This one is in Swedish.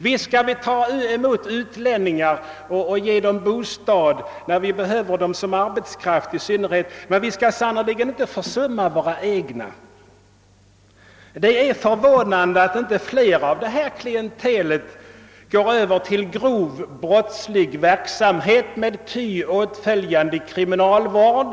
Visst skall vi ta emot utlänningar och ge dem bostäder, i synnerhet när vi behöver dem som arbetskraft, men vi skall sannerligen inte försumma våra egna. Det är förvånande att inte fler av detta klientel går över till grov brottslig verksam het med ty åtföljande kriminalvård.